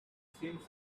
seems